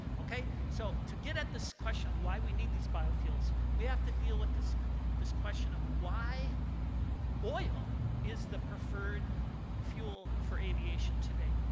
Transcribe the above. ok? so to get at this question of why we need these biofuels, we have to deal with this this question of why oil is the preferred fuel for aviation today.